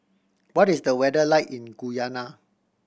what is the weather like in Guyana